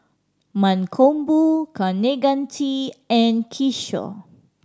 Mankombu Kaneganti and Kishore